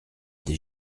des